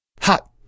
Hot